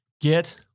Get